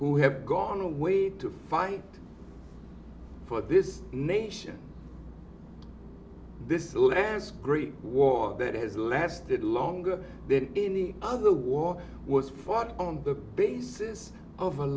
who have gone away to fight for this nation this is a lance great war that has lasted longer than any other war was fought on the basis of